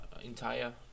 entire